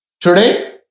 Today